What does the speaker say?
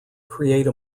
create